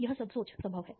तो यह सब सोच संभव है